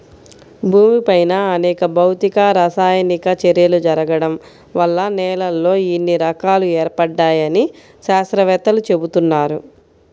భూమిపైన అనేక భౌతిక, రసాయనిక చర్యలు జరగడం వల్ల నేలల్లో ఇన్ని రకాలు ఏర్పడ్డాయని శాత్రవేత్తలు చెబుతున్నారు